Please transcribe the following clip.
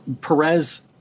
Perez